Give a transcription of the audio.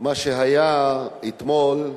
מה שהיה אתמול,